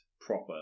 proper